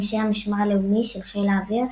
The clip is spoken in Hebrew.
אנשי המשמר הלאומי של חיל האוויר,